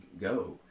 go